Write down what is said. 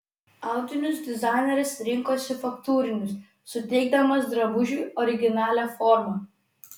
audinius dizaineris rinkosi faktūrinius suteikdamas drabužiui originalią formą